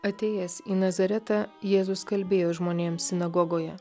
atėjęs į nazaretą jėzus kalbėjo žmonėms sinagogoje